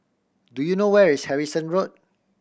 do you know where is Harrison Road